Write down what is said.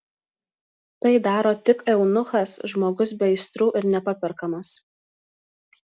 tai daro tik eunuchas žmogus be aistrų ir nepaperkamas